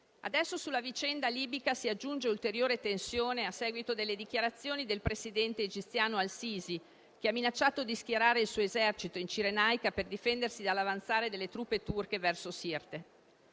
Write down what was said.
Adesso sulla vicenda libica si aggiunge ulteriore tensione a seguito delle dichiarazioni del presidente egiziano al-Sisi, che ha minacciato di schierare il suo esercito in Cirenaica per difendersi dall'avanzare delle truppe turche verso Sirte.